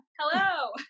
Hello